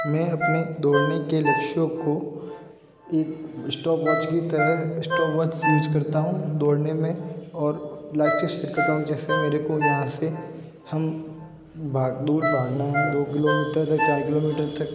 मैं अपने दौड़ने के लक्ष्यों को एक स्टॉपवॉच की तरह स्टॉपवॉच्स युस करता हूँ दौड़ने में और लक्ष्य सेट करता हूँ जैसे मेरे को यहाँ से हम भाग दौड़ भागना है दो किलोमीटर या चार किलोमीटर तक